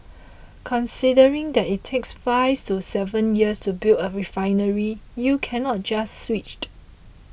considering that it takes five to seven years to build a refinery you cannot just switched